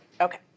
Okay